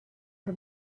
for